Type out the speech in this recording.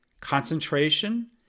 concentration